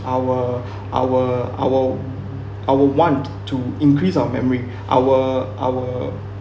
our our our our want to increase our memory our our